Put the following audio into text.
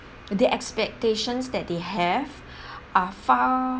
the expectations that they have are far